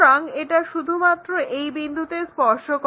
এবং এটা শুধুমাত্র এই বিন্দুতে স্পর্শ করে